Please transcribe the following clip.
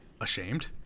ashamed